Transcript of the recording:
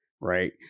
right